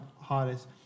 hardest